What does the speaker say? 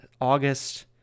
August